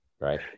Right